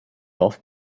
off